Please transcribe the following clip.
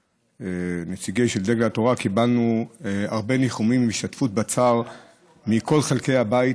כנציגי דגל התורה קיבלנו הרבה ניחומים והשתתפות בצער מכל חלקי הבית.